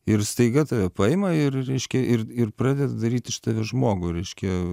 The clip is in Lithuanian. ir staiga tave paima ir reiškia ir ir pradeda daryt iš tavęs žmogų reiškia